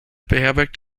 beherbergt